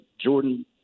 Jordan